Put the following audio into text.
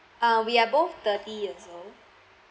uh we are both thirty years old